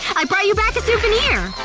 i brought you back a souvenir!